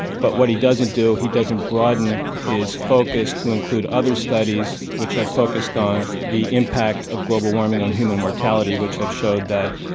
but what he doesn't do, he doesn't broaden his focus to include other studies which have focused on the impact of global warming on human mortality which have showed that,